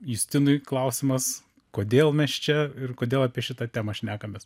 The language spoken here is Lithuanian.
justinui klausimas kodėl mes čia ir kodėl apie šitą temą šnekamės